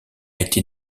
été